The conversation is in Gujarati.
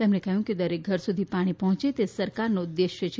તેમણે કહ્યું કે દરેક ઘર સુધી પાણી પહોંચે તે સરકારનો ઉદ્દેશ છે